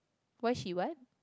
why she want